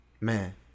Man